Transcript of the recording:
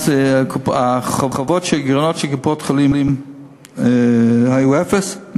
שהחובות והגירעונות של קופות-החולים היו אפס,